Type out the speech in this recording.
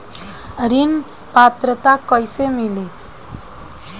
ऋण पात्रता कइसे मिली?